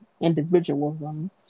individualism